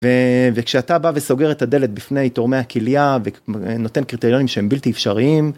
וכשאתה בא וסוגר את הדלת בפני תורמי הכלייה ונותן קריטריונים שהם בלתי אפשריים.